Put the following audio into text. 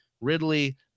Ridley